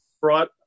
brought